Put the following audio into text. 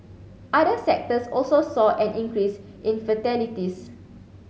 other sectors also saw an increase in fatalities